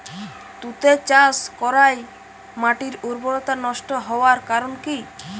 তুতে চাষ করাই মাটির উর্বরতা নষ্ট হওয়ার কারণ কি?